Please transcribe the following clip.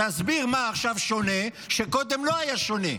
תסביר מה עכשיו שונה שקודם לא היה שונה.